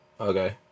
Okay